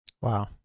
Wow